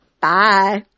Bye